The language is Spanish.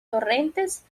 torrentes